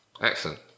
Excellent